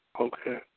Okay